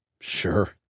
Sure